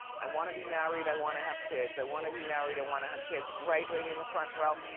i wanna be married, i wanna have kids. i wanna be married, i wanna have kids, right, lady in the front row?